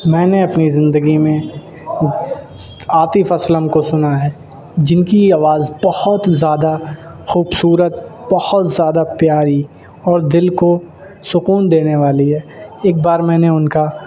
میں نے اپنی زندگی میں عاطف اسلم کو سنا ہے جن کی آواز بہت زیادہ خوبصورت بہت زیادہ پیاری اور دل کو سکون دینے والی ہے ایک بار میں نے ان کا